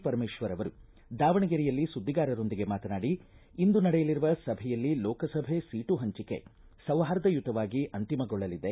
ಪರಮೇಶ್ವರ್ ಅವರು ದಾವಣಗೆರೆಯಲ್ಲಿ ಸುದ್ದಿಗಾರರೊಂದಿಗೆ ಮಾತನಾಡಿ ಇಂದು ನಡೆಯಲಿರುವ ಸಭೆಯಲ್ಲಿ ಲೋಕಸಭೆ ಸೀಟು ಹಂಚಿಕೆ ಸೌಹಾರ್ದಯುತವಾಗಿ ಅಂತಿಮಗೊಳ್ಳಲಿದೆ